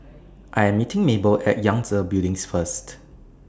I Am meeting Mable At Yangtze Building First